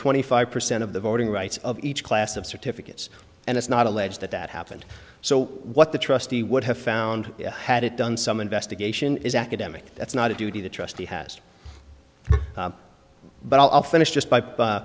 five percent of the voting rights of each class of certificates and it's not allege that that happened so what the trustee would have found had it done some investigation is academic that's not a duty the trustee has but i'll finish just by